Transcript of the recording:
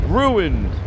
ruined